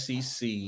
SEC